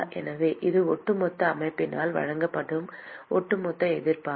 எனவே இது ஒட்டுமொத்த அமைப்பினால் வழங்கப்படும் ஒட்டுமொத்த எதிர்ப்பாகும்